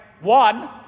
one